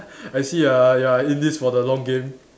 I see you are you are in this for the long game